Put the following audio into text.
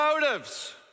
motives